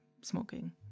smoking